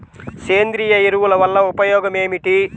సేంద్రీయ ఎరువుల వల్ల ఉపయోగమేమిటీ?